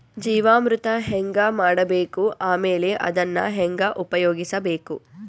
ಜೀವಾಮೃತ ಹೆಂಗ ಮಾಡಬೇಕು ಆಮೇಲೆ ಅದನ್ನ ಹೆಂಗ ಉಪಯೋಗಿಸಬೇಕು?